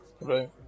Right